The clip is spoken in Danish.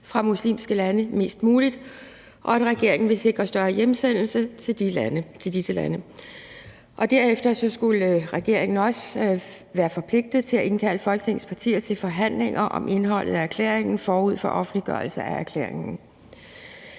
fra muslimske lande mest muligt, og at regeringen vil sikre en større hjemsendelse til disse lande. Derefter skulle regeringen også være forpligtet til at indkalde Folketingets partier til forhandlinger om indholdet af erklæringen forud for offentliggørelsen af erklæringen.